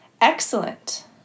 excellent